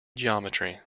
geometry